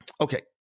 Okay